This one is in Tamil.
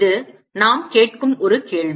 இது நாம் கேட்கும் ஒரு கேள்வி